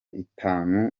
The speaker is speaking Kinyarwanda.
itanu